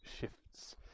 shifts